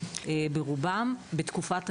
ברובם בתקופת השליש.